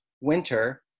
winter